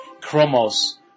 Chromos